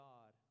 God